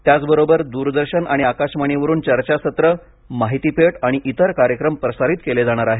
त्याचबरोबर दूरदर्शन आणि आकाशवाणीवरून चर्चासत्र माहितीपट आणि इतर कार्यक्रम प्रसारित केले जाणार आहेत